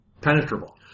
penetrable